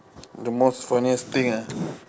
the most funniest thing ah